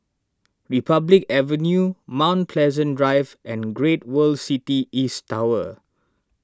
Republic Avenue Mount Pleasant Drive and Great World City East Tower